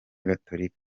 gatolika